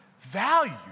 value